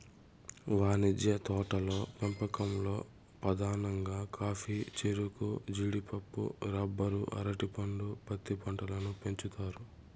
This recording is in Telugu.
వాణిజ్య తోటల పెంపకంలో పధానంగా కాఫీ, చెరకు, జీడిపప్పు, రబ్బరు, అరటి పండు, పత్తి పంటలను పెంచుతారు